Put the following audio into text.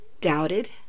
doubted